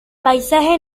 paisaje